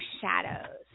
Shadows